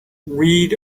read